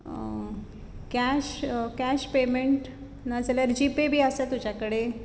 cash cash payment ना जाल्यार GPay बी आसा तुज्या कडेन